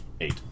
Eight